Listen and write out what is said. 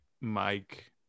Mike